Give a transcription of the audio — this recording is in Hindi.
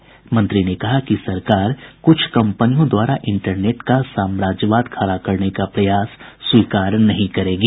श्री प्रसाद ने कहा कि सरकार कुछ कंपनियों द्वारा इंटरनेट का साम्राज्यवाद खडा करने के प्रयास को स्वीकार नहीं करेगी